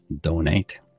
donate